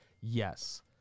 yes